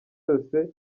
yose